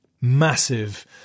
massive